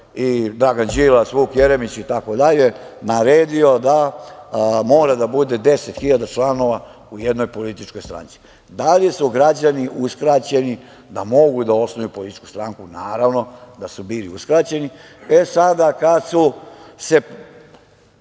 i Dragan Đilas, Vuk Jeremić itd, naredio da mora da bude 10 hiljada članova u jednoj političkoj stranci. Da li su građani uskraćeni da mogu da osnuju političku stranku? Naravno da su bili uskraćeni. E, sada, kad su se